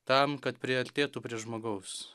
tam kad priartėtų prie žmogaus